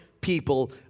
people